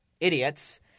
idiots